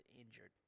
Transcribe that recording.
injured